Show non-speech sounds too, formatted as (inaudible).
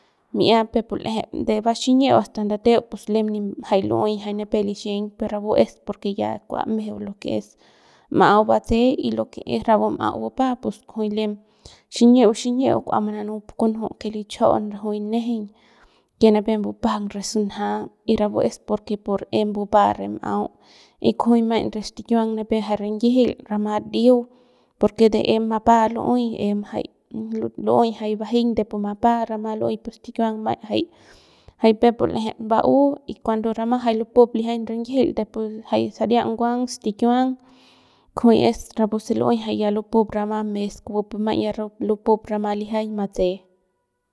Mi'ia jay peuk pu l'eje de va xiñiu asta ndateu pus lem jay nipem lu'uey jay nipep lixiñ pe rapu es porque ya kua mejeu lo que es m'au batse y lo que es rapu m'au bupa pus kujuy lem xiñiu xiñiu kua manu pu kunju que lichjon najuy nejeiñ que nipep mbupajang pu sunja y rapu es porque por em bupa re m'au y kujuy maiñ re stikiuang nipep jay rinyijil rama ndiu porque de em mapa lu'uey em jay lu'uey jay bajiñ de pu mapa rama lu'uey jay pu stikiuang maiñ jay jay saria nguang stikiuang kujuy jay rapu se ya lupup rama mes kupupu ya lupup lijiañ (noise) matse.